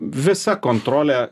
visa kontrolė